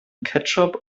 ketchup